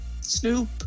Snoop